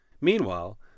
Meanwhile